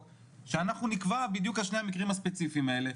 שאנחנו נקבע בדיוק על שני המקרים הספציפיים האלה,